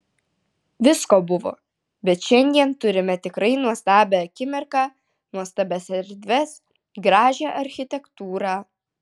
visko buvo bet šiandien turime tikrai nuostabią akimirką nuostabias erdves gražią architektūrą